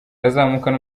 azamukana